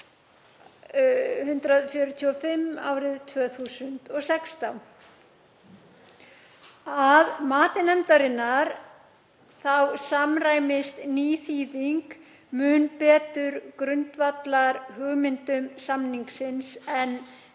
61/145 árið 2016. Að mati nefndarinnar samræmist ný þýðing mun betur grundvallarhugmyndum samningsins en fyrri